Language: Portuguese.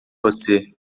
você